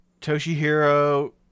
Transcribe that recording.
Toshihiro